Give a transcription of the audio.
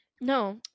no